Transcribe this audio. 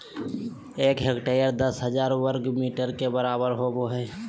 एक हेक्टेयर दस हजार वर्ग मीटर के बराबर होबो हइ